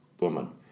woman